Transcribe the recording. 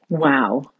Wow